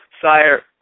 Sire